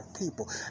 people